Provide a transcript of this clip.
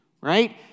right